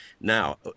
Now